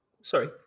sorry